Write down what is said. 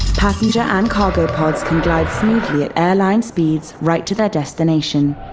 passenger and cargo pods can glide smoothly at airline speeds right to their destination.